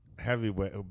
Heavyweight